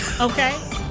okay